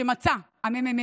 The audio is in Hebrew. כל מה שמצא הממ"מ,